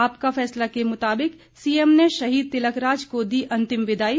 आपका फैसला के मुताबिक सीएम ने शहीद तिलकराज को दी अंतिम विदाई